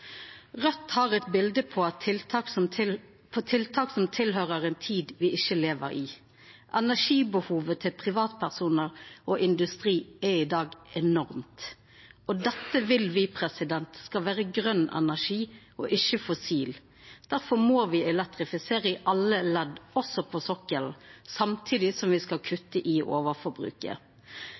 har inga tid å miste. Raudt har eit bilde på tiltak som høyrer til ei tid me ikkje lever i. Energibehovet til privatpersonar og industrien er i dag enormt. Dette vil me skal vera grøn energi og ikkje fossil. Difor må me elektrifisera i alle ledd, også på sokkelen, samtidig som me skal kutta i overforbruket.